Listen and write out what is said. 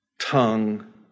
tongue